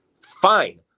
fine